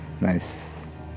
nice